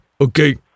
okay